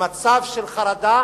למצב של חרדה,